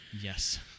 Yes